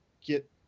get